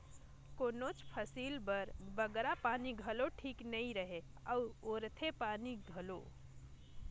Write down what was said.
कोनोच फसिल बर बगरा पानी घलो ठीक नी रहें अउ थोरहें पानी घलो